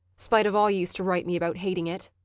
spite of all you used to write me about hating it.